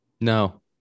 No